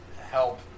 help